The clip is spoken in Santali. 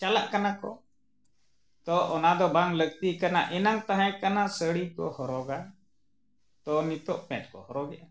ᱪᱟᱞᱟᱜ ᱠᱟᱱᱟ ᱠᱚ ᱛᱚ ᱚᱱᱟ ᱫᱚ ᱵᱟᱝ ᱞᱟᱹᱠᱛᱤ ᱠᱟᱱᱟ ᱮᱱᱟᱝ ᱛᱟᱦᱮᱸ ᱠᱟᱱᱟ ᱥᱟᱹᱲᱤ ᱠᱚ ᱦᱚᱨᱚᱜᱟ ᱛᱚ ᱱᱤᱛᱳᱜ ᱯᱮᱱᱴ ᱠᱚ ᱦᱚᱨᱚᱜᱮᱜᱼᱟ